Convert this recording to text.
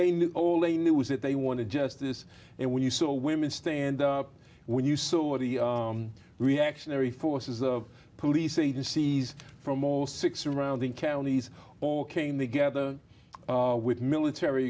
knew all they knew was that they wanted justice and when you saw women stand up when you saw the reactionary forces of police agencies from all six surrounding counties all came together with military